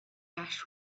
ash